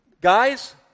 guys